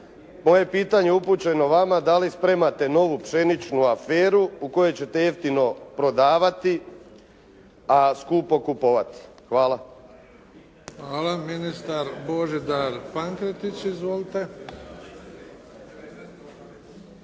Moje pitanje upućeno vama je da li spremate novu pšeničnu aferu u kojoj ćete jeftino prodavati a skupo kupovati? Hvala. **Bebić, Luka (HDZ)** Hvala. Ministar Božidar Pankretić. Izvolite.